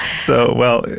so, well.